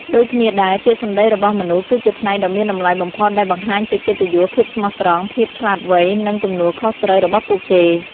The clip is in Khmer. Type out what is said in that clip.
ដូចគ្នាដែរ ពាក្យសម្ដីរបស់មនុស្ស គឺជាផ្នែកដ៏មានតម្លៃបំផុតដែលបង្ហាញពីកិត្តិយស ភាពស្មោះត្រង់ ភាពឆ្លាតវៃ និងទំនួលខុសត្រូវរបស់ពួកគេ។